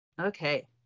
Okay